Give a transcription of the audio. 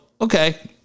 okay